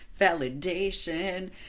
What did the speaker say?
validation